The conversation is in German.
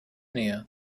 näher